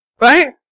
Right